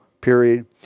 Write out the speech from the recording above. period